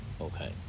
okay